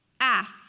Ask